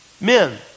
Men